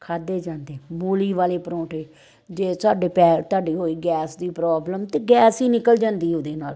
ਖਾਧੇ ਜਾਂਦੇ ਮੂਲੀ ਵਾਲੇ ਪਰੌਂਠੇ ਜੇ ਸਾਡੇ ਪੈਰ ਤੁਹਾਡੇ ਹੋਈ ਗੈਸ ਦੀ ਪ੍ਰੋਬਲਮ ਤਾਂ ਗੈਸ ਹੀ ਨਿਕਲ ਜਾਂਦੀ ਉਹਦੇ ਨਾਲ